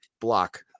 block